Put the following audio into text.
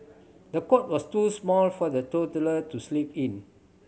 the cot was too small for the toddler to sleep in